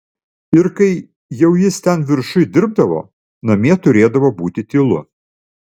ir kai jau jis ten viršuj dirbdavo namie turėdavo būti tylu